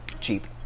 cheap